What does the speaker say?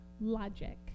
logic